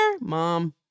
Mom